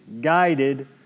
guided